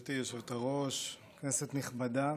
גברתי היושבת-ראש, כנסת נכבדה,